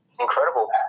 incredible